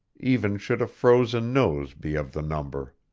even should a frozen nose be of the number.